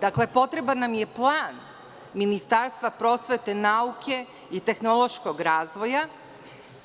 Dakle, potreban nam je plan Ministarstva prosvete, nauke i tehnološkog razvoja